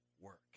Work